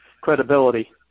credibility